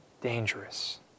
dangerous